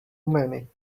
many